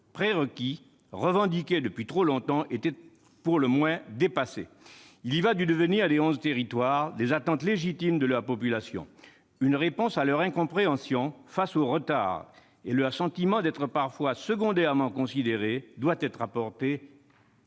prérequis, revendiqué depuis trop longtemps, fût, à tout le moins, dépassé. Il y va du devenir de ces onze territoires et des attentes légitimes de leurs populations. Une réponse à leur incompréhension face aux retards et leur sentiment d'être parfois secondairement considérés doit être apportée.